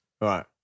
Right